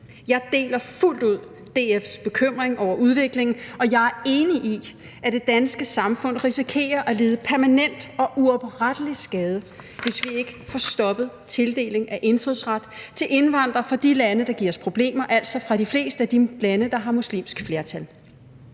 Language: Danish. Jeg deler fuldt ud DF's bekymring over udviklingen, og jeg er enig i, at det danske samfund risikerer at lide permanent og uoprettelig skade, hvis vi ikke får stoppet tildeling af indfødsret til indvandrere fra de lande, der giver os problemer, altså fra de fleste af de lande, der har muslimsk flertal.